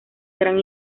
gran